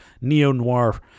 neo-noir